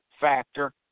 factor